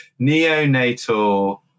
Neonatal